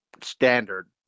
standard